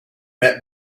met